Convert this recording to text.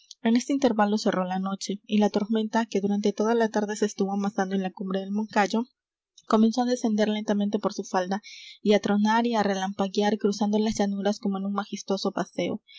en este intervalo cerró la noche y la tormenta que durante toda la tarde se estuvo amasando en la cumbre del moncayo comenzó á descender lentamente por su falda y á tronar y á relampaguear cruzando las llanuras como en un majestuoso paseo